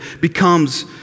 becomes